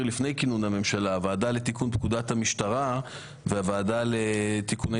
לפני כינון הממשלה הוועדה לתיקון פקודת המשטרה והוועדה לתיקוני